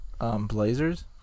blazers